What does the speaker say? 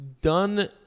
done